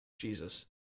Jesus